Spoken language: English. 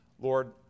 Lord